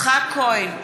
יצחק כהן,